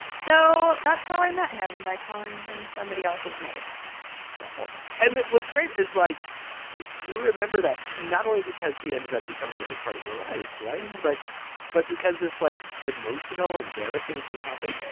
so that's how i met him, by calling him somebody else's name the whole time. and what's great is like you remember that not only because he ended up becoming a big part of your life. right. but but because this, like, emotional, embarrassing thing happened,